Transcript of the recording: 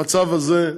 במצב הזה,